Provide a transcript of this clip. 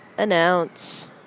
Announce